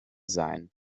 sein